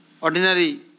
ordinary